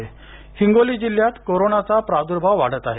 हिंगोली हिंगोली जिल्ह्यात कोरोनाचा प्राद्भाव वाढत आहे